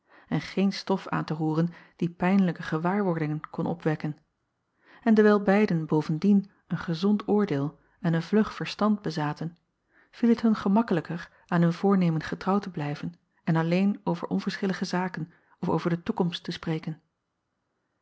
en geen stof aan te roeren die pijnlijke gewaarwordingen kon opwekken en dewijl beiden bovendien een gezond oordeel en een vlug verstand bezaten viel het hun gemakkelijker aan hun voornemen getrouw te blijven en alleen over onverschillige zaken of over de toekomst te spreken